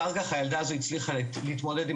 אחר כך הילדה הזו הצליחה להתמודד עם